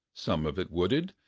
some of it wooded,